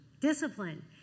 Discipline